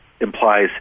implies